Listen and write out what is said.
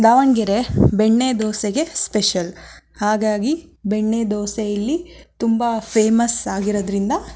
ದಾವಣಗೆರೆ ಬೆಣ್ಣೆ ದೋಸೆಗೆ ಸ್ಪೆಷಲ್ ಹಾಗಾಗಿ ಬೆಣ್ಣೆ ದೋಸೆ ಇಲ್ಲಿ ತುಂಬ ಫೇಮಸ್ ಆಗಿರೋದ್ರಿಂದ